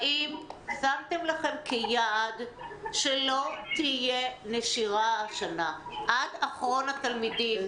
האם שמתם לכם כיעד שלא תהיה נשירה השנה עד אחרון התלמידים,